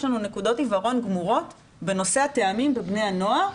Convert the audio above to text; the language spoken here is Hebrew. יש לנו נקודות עיוורון גמורות בנושא הטעמים ובני הנוער,